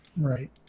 right